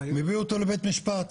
מביא אותו לבית משפט,